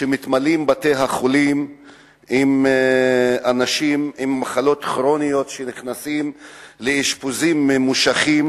בתי-החולים מתמלאים באנשים עם מחלות כרוניות שנכנסים לאשפוזים ממושכים,